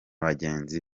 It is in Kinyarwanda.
bagenzi